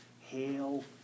Hail